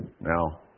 Now